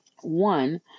One